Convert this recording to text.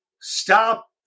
stop